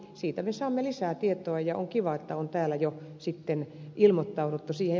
siitä me saamme lisää tietoa ja on kivaa että on täällä jo sitten ilmoittauduttu siihen